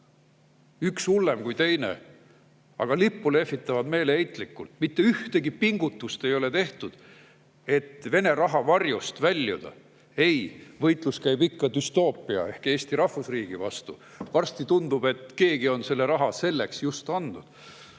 Üks hullem kui teine, aga lippu lehvitavad meeleheitlikult. Mitte ühtegi pingutust ei ole tehtud, et Vene raha varjust väljuda. Ei, võitlus käib ikka düstoopia ehk Eesti rahvusriigi vastu. Varsti tundub, et keegi on selle raha just selleks andnud,